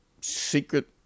secret